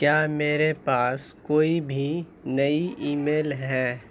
کیا میرے پاس کوئی بھی نئی ای میل ہے